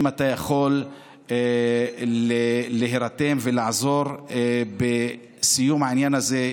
אם אתה יכול להירתם ולעזור בסיום העניין הזה.